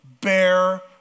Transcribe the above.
bear